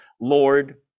Lord